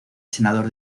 senador